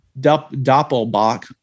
Doppelbach